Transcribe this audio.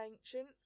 ancient